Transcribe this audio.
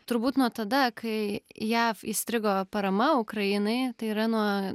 turbūt nuo tada kai jav įstrigo parama ukrainai tai yra nuo